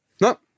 No